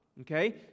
Okay